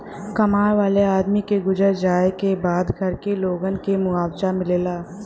कमाए वाले आदमी क गुजर जाए क बाद घर के लोगन के मुआवजा मिलेला